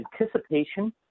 anticipation